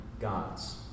God's